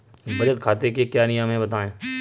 बचत खाते के क्या नियम हैं बताएँ?